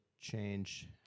change